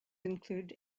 include